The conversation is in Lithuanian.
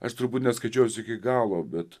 aš turbūt neskaičiau jos iki galo bet